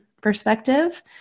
perspective